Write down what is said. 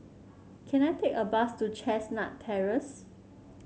can I take a bus to Chestnut Terrace